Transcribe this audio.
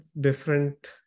different